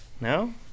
No